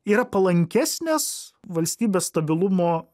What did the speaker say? yra palankesnės valstybės stabilumo